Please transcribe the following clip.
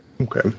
okay